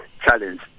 challenge